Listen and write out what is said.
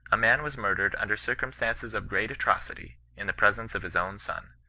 a man was murdered under circumstances of great atrocity, in the presence of his own son.